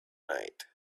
night